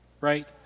right